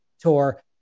tour